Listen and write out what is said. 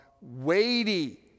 weighty